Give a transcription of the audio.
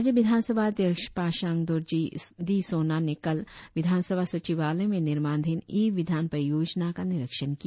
राज्य विधान सभा अध्यक्ष पासांग दोरजी डी सोना ने कल विधान सभा सचिवालय में निर्माणाधिन ई विधान परियोजना का निरीक्षण किया